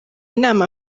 inama